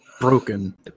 broken